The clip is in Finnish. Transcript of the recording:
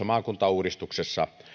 maakuntauudistuksessa